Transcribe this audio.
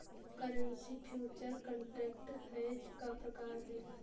currency future contract hedge का प्रकार है